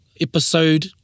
episode